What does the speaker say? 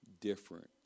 different